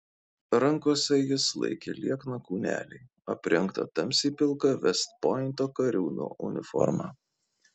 rankose jis laikė liekną kūnelį aprengtą tamsiai pilka vest pointo kariūno uniforma